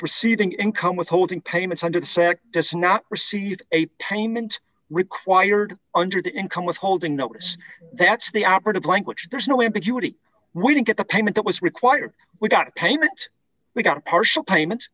receiving income withholding payments under the set decide not receive a payment required under the income withholding notice that's the operative language there's no ambiguity we didn't get the payment that was required without payment we got a partial payment